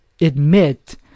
admit